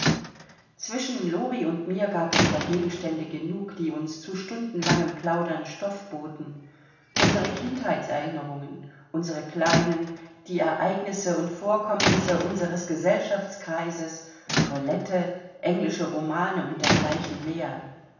zwischen lori und mir gab es der gegenstände genug die uns zu stundenlangem plaudern stoff boten unsere kindheitserinnerungen unsere kleinen die ereignisse und vorkommnisse unseres gesellschaftskreises toilette englische romane und dergleichen mehr